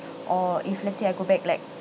or if let's say I go back like